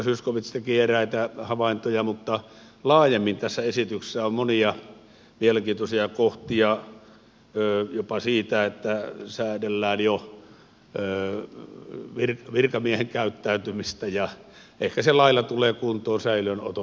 edustaja zyskowicz teki eräitä havaintoja mutta laajemmin tässä esityksessä on monia mielenkiintoisia kohtia jopa siitä että säädellään jo virkamiehen käyttäytymistä ja ehkä se lailla tulee kuntoon säilöön otetunkin käytös